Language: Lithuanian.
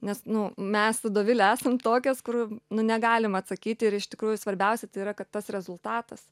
nes nu mes su dovile esam tokios kur nu negalim atsakyti ir iš tikrųjų svarbiausia tai yra kad tas rezultatas